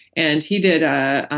and he did a